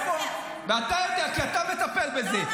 כי אתה מטפל בזה,